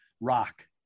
rock